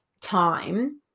time